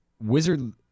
Wizard